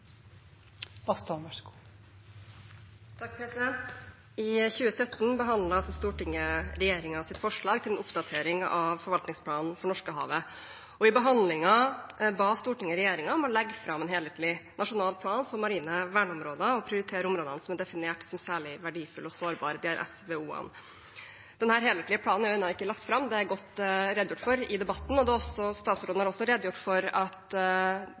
I 2017 behandlet altså Stortinget regjeringens forslag til oppdatering av forvaltningsplanen for Norskehavet. I behandlingen ba Stortinget regjeringen om å legge fram en helhetlig nasjonal plan for marine verneområder og prioritere områdene som er definert som særlig verdifulle og sårbare – de såkalte SVO-ene. Denne helhetlige planen er ennå ikke lagt fram. Det er godt redegjort for i debatten, og statsråden har også redegjort for at